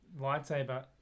lightsaber